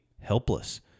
helpless